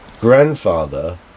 grandfather